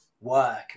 work